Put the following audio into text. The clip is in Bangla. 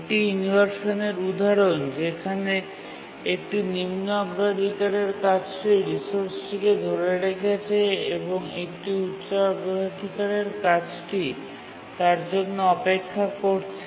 এটি ইনভারসানের উদাহরণ যেখানে একটি নিম্ন অগ্রাধিকারের কাজটি রিসোর্সটিকে ধরে রেখেছে এবং একটি উচ্চ অগ্রাধিকারের কাজটি তার জন্য অপেক্ষা করছে